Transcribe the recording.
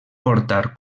portar